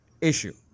issue